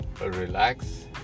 relax